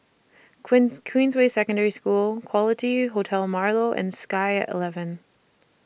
Queens Queensway Secondary School Quality Hotel Marlow and Sky eleven